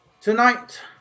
tonight